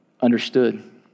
understood